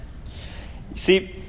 see